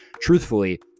Truthfully